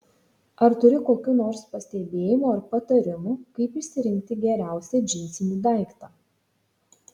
ar turi kokių nors pastebėjimų ar patarimų kaip išsirinkti geriausią džinsinį daiktą